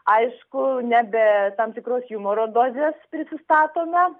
aišku ne be tam tikros jumoro dozės prisistatome